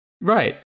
Right